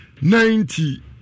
ninety